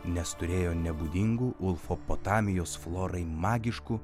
nes turėjo nebūdingų ulfapotamijos florai magiškų